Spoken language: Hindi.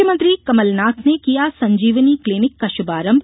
मुख्यमंत्री कमलनाथ ने किया संजीवनी क्लीनिक का शुभारम्भ